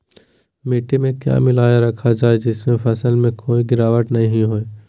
मिट्टी में क्या मिलाया रखा जाए जिससे फसल में कोई गिरावट नहीं होई?